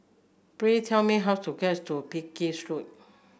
please tell me how to get to Pekin Street